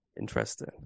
Interesting